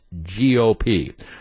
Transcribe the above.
GOP